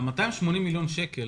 ה-280 מיליון שקלים